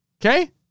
Okay